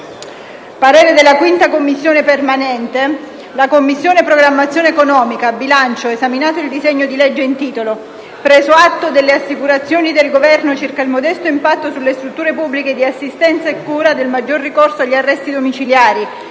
parere non ostativo». «La Commissione programmazione economica, bilancio, esaminato il disegno di legge in titolo, - preso atto delle assicurazioni del Governo circa il modesto impatto sulle strutture pubbliche di assistenza e cura del maggior ricorso agli arresti domiciliari,